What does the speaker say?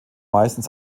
meistens